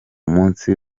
munsi